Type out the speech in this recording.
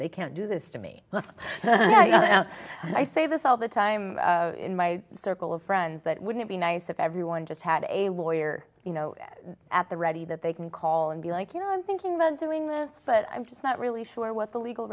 they can't do this to me like i say this all the time in my circle of friends that wouldn't be nice if everyone just had a lawyer you know at the ready that they can call and be like you know i'm thinking about doing this but i'm just not really sure what the legal